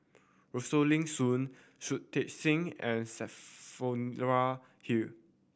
Rosaline Soon Shui Tit Sing and Hull